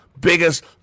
Biggest